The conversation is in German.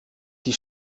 die